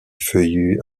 feuillus